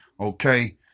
Okay